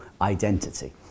identity